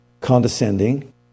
condescending